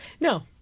No